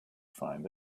find